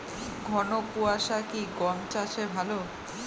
ঘন কোয়াশা কি গম চাষে ভালো?